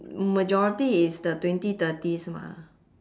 majority is the twenty thirties mah